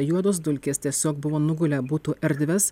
juodos dulkės tiesiog buvo nugulę butų erdves